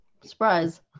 Surprise